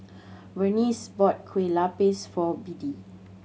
Vernice bought Kueh Lupis for Biddie